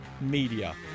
media